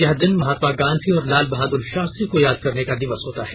यह दिन महात्मा गांधी और लाल बहादुर शास्त्री को याद करने का दिवस होता है